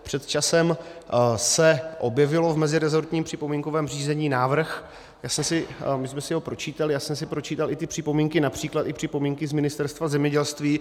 Před časem se objevil v meziresortním připomínkovém řízení návrh, my jsme si ho pročítali, já jsem si pročítal i ty připomínky, například i připomínky z Ministerstva zemědělství.